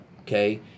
okay